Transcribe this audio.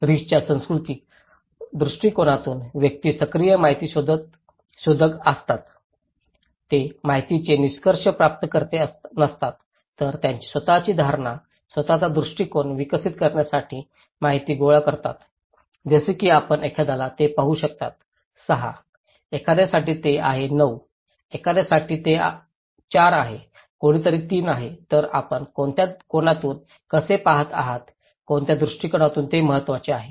रिस्कच्या सांस्कृतिक दृष्टीकोनातून व्यक्ती सक्रिय माहिती शोधक असतात ते माहितीचे निष्क्रीय प्राप्तकर्ते नसतात तर त्यांची स्वतःची धारणा स्वत चा दृष्टीकोन विकसित करण्यासाठी माहिती गोळा करतात जसे की आपण एखाद्याला ते पाहू शकता 6 एखाद्यासाठी ते आहे 9 एखाद्यासाठी ते 4 आहे कोणीतरी 3 आहे तर आपण कोणत्या कोनातून कसे पहात आहात कोणत्या दृष्टीकोनातून ते महत्त्वाचे आहे